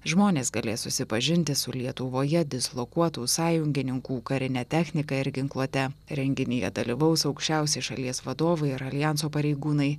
žmonės galės susipažinti su lietuvoje dislokuotų sąjungininkų karine technika ir ginkluote renginyje dalyvaus aukščiausi šalies vadovai ir aljanso pareigūnai